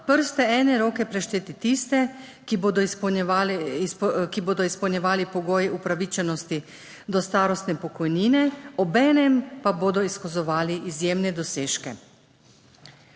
prste ene roke prešteti tiste, ki bodo izpolnjevali pogoje upravičenosti do starostne pokojnine, obenem pa bodo izkazovali izjemne dosežke.